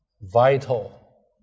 vital